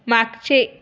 मागचे